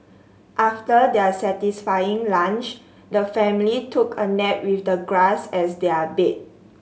after their satisfying lunch the family took a nap with the grass as their bed